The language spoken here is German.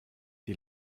die